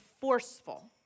forceful